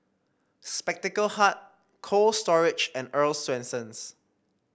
Spectacle Hut Cold Storage and Earl's Swensens